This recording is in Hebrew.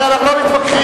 אנחנו לא מתווכחים,